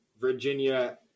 Virginia